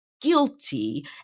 guilty